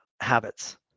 habits